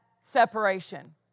separation